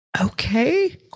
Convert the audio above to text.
okay